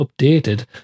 updated